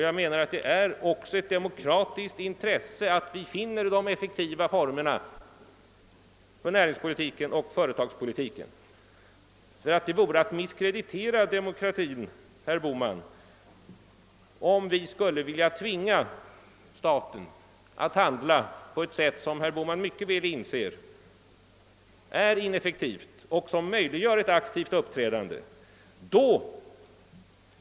Jag menar att det också är ett demokratiskt intresse att vi finner de effektiva formerna för näringspolitiken och företagspolitiken. Det vore att misskreditera demokratin, herr Bohman, om vi skulle tvinga staten att handla på ett sätt som herr Bohman mycket väl inser är ineffektivt och som omöjliggör ett aktivt uppträdande.